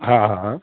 हा